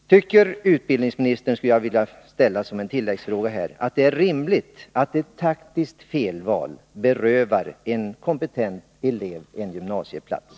Jag skulle i det sammanhanget vilja ställa en tilläggsfråga: Tycker utbildningsministern att det är rimligt att ett taktiskt felval kan beröva en kompetent elev en gymnasieplats?